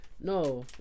No